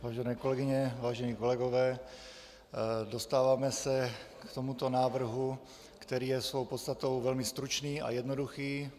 Vážené kolegyně, vážení kolegové, dostáváme se k tomuto návrhu, který je svou podstatou velmi stručný a jednoduchý.